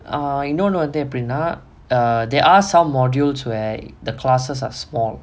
err இன்னொன்னு வந்து எப்டினா:innonnu vanthu epdinaa err there are some modules where the classes are small